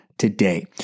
today